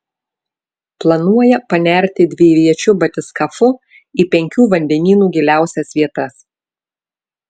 planuoja panerti dviviečiu batiskafu į penkių vandenynų giliausias vietas